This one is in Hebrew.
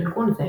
ארגון זה,